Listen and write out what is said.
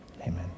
amen